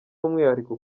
umwihariko